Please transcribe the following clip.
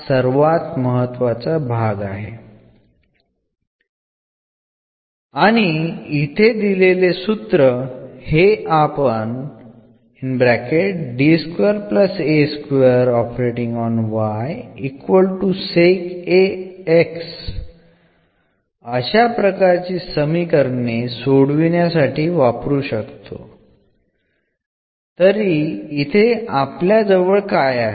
ഉദാഹരണത്തിനായി ഈ ഫോർമുല എന്ന സമവാക്യത്തിൻറെ സൊല്യൂഷൻ കാണാൻ ഉപയോഗിക്കുന്നു